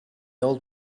old